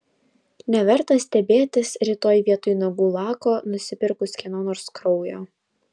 neverta stebėtis rytoj vietoj nagų lako nusipirkus kieno nors kraujo